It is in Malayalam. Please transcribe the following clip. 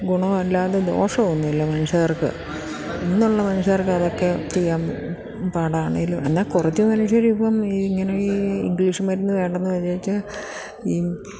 ഗുണമല്ലാതെ ദോഷം ഒന്നുമില്ല മനുഷ്യർക്ക് ഇന്നുള്ള മനുഷ്യർക്ക് അതൊക്കെ ചെയ്യാൻ പാടാണെങ്കിലും എന്നാൽ കുറച്ചു മനുഷ്യർ ഇപ്പം ഈ ഇങ്ങനെ ഈ ഇംഗ്ലീഷ് മരുന്ന് വേണ്ടന്ന് വച്ചു ഈ